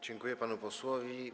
Dziękuję panu posłowi.